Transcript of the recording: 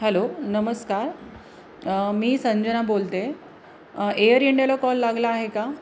hello नमस्कार मी संजना बोलते एअर इंडिला कॉल लागला आहे का